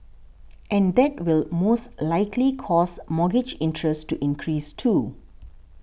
and that will most likely cause mortgage interest to increase too